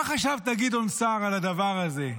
מה חשבת, גדעון סער, על הדבר הזה?